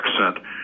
accent